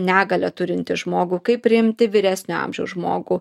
negalią turintį žmogų kaip priimti vyresnio amžiaus žmogų